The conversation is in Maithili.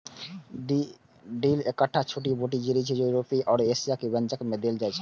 डिल एकटा जड़ी बूटी छियै, जे यूरोपीय आ एशियाई व्यंजन मे देल जाइ छै